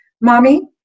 mommy